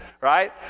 right